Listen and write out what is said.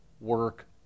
work